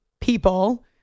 people